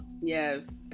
Yes